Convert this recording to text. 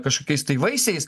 kažkokiais tai vaisiais